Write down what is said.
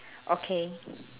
okay